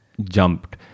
jumped